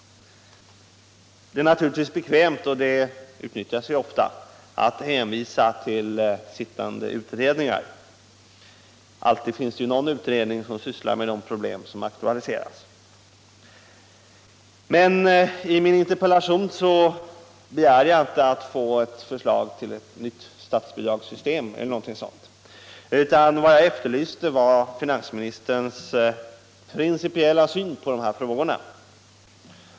Det är naturligtvis bekvämt — och det utnyttjas ofta — att hänvisa till sittande utredningar. Alltid finns det någon utredning som sysslar med de problem som aktualiserats. Men i min interpellation begärde jag inte att få förslag till ett nytt statsbidragssystem eller något sådant, utan vad jag efterlyste var finansministerns principiella syn på de här frågorna.